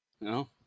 No